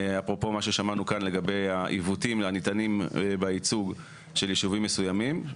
אפרופו מה ששמענו כאן לגבי העיוותים הניתנים בייצוג של ישובים מסוימים.